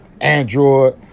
Android